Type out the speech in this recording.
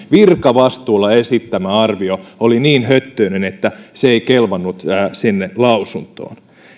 virkavastuulla esittämä arvio oli niin höttöinen että se ei kelvannut sinne lausuntoon